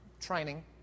training